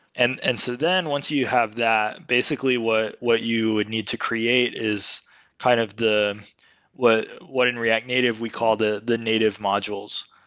and and so then once you have that, basically what what you would need to create is kind of the world what in react native we call the the native modules.